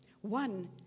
one